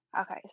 Okay